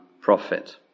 prophet